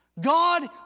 God